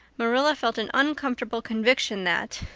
marilla felt an uncomfortable conviction that,